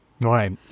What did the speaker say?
right